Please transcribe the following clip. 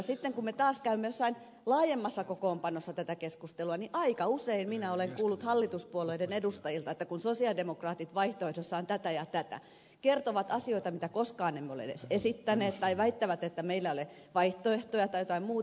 kun me taas käymme jossain laajemmassa kokoonpanossa tätä keskustelua niin aika usein minä olen kuullut hallituspuolueiden edustajilta että kun sosialidemokraatit vaihtoi se saa sosialidemokraattien kertoneen vaihtoehdossaan asioita joita emme ole koskaan edes esittäneet tai he väittävät että meillä ei ole vaihtoehtoa tai jotain muuta